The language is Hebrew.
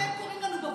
אתם קוראים לנו בבונים.